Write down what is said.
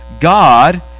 god